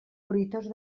fruitós